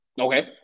Okay